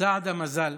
סעדה מזל,